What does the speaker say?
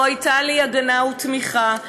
לא הייתה לי הגנה ותמיכה.